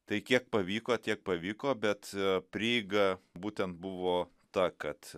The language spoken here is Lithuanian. tai kiek pavyko tiek pavyko bet prieiga būtent buvo ta kad